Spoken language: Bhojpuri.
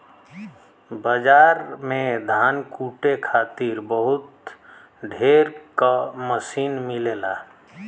बाजार में धान कूटे खातिर बहुत ढेर क मसीन मिलेला